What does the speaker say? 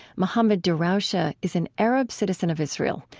mohammad darawshe ah is an arab citizen of israel,